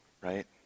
right